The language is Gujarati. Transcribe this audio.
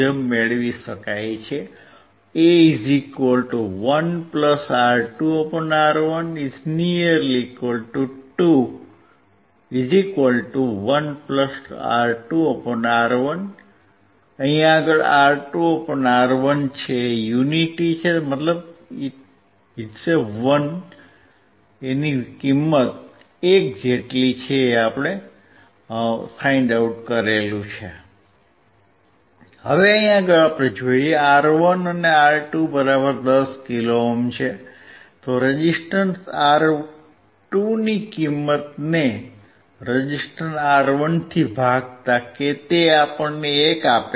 રેઝીસ્ટર R2 ની કિંમત ને રેઝીસ્સ્ટર R1 થી ભાગતા કે તે આપણને એક આપે છે